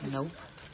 Nope